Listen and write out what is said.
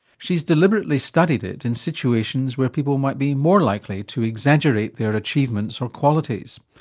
she's deliberately studied it in situations where people might be more likely to exaggerate their achievements or qualities.